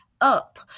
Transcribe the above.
up